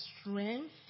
strength